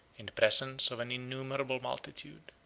in the presence of an innumerable multitude.